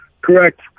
Correct